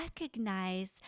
recognize